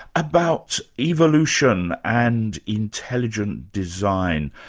about evolution and intelligent design.